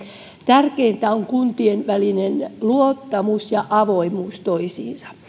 tärkeintä on kuntien välinen luottamus ja avoimuus toisiinsa nähden